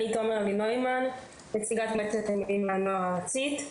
אני נציגת מועצת התלמידים והנוער הארצית,